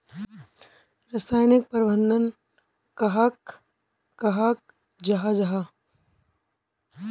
रासायनिक प्रबंधन कहाक कहाल जाहा जाहा?